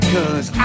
Cause